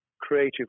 creative